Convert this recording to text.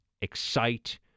excite